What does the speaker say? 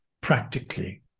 practically